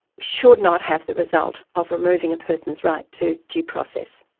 should not have the result of removing a person's right to due process.